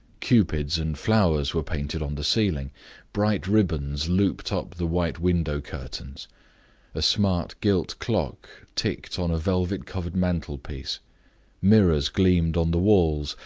cupids and flowers were painted on the ceiling bright ribbons looped up the white window-curtains a smart gilt clock ticked on a velvet-covered mantelpiece mirrors gleamed on the walls,